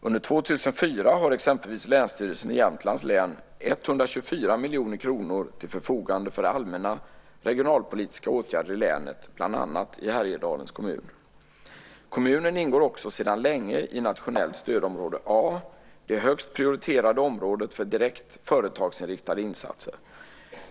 Under 2004 har exempelvis Länsstyrelsen i Jämtlands län 124 miljoner kronor till förfogande för allmänna regionalpolitiska åtgärder i länet, bland annat i Härjedalens kommun. Kommunen ingår också sedan länge i nationellt stödområde A, det högst prioriterade området för direkt företagsinriktade insatser.